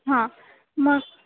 हां मग